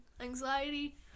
anxiety